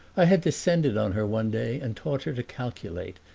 i had descended on her one day and taught her to calculate,